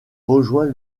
rejoint